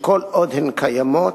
כל עוד הן קיימות,